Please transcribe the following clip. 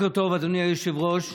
בוקר טוב, אדוני היושב-ראש.